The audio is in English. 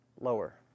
lower